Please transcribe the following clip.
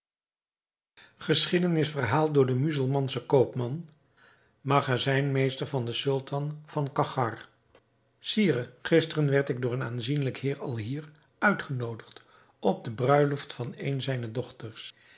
geschiedenis verhaald door den muzelmanschen koopman magazijnmeester van den sultan van cachgar sire gisteren werd ik door een aanzienlijk heer alhier uitgenoodigd op de bruiloft van eene zijner dochters